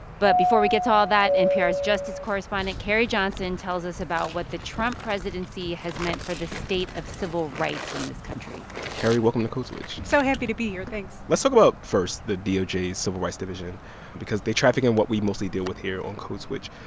but before we get to all of that, npr's justice correspondent carrie johnson tells us about what the trump presidency has meant for the state of civil rights in this country carrie, welcome to code switch so happy to be here. thanks let's talk about, first, the doj's civil rights division because they traffic in what we mostly deal with here on code switch.